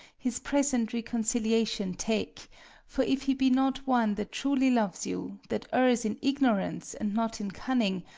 his present reconciliation take for if he be not one that truly loves you, that errs in ignorance and not in cunning,